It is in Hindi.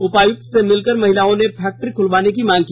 उपायुक्त से मिलकर महिलाओ ने फैक्ट्री खुलवाने की मांग की है